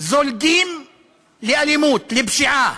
זולגים לאלימות, לפשיעה,